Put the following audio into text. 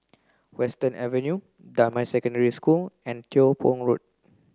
Western Avenue Damai Secondary School and Tiong Poh Road